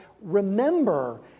Remember